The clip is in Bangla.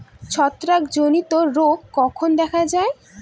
ছত্রাক জনিত রোগ কখন দেখা য়ায়?